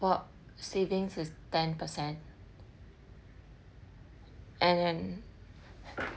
well savings is ten percent and